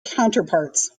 counterparts